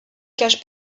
cache